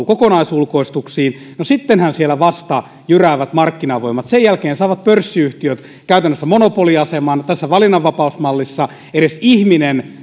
kokonaisulkoistuksiin no sittenhän siellä vasta jyräävät markkinavoimat sen jälkeen saavat pörssiyhtiöt käytännössä monopoliaseman tässä valinnanvapausmallissa ihminen